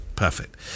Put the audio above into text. Perfect